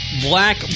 black